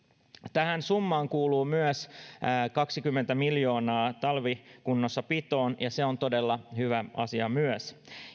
tähän summaan kuuluu myös kaksikymmentä miljoonaa talvikunnossapitoon ja se on todella hyvä asia myös